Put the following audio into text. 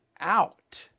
out